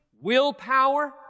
willpower